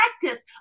practice